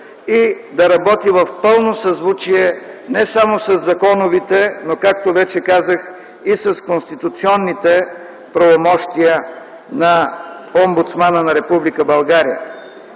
и да работи в пълно съзвучие не само със законовите, но както вече казах – и с конституционните правомощия на омбудсмана на